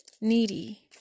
needy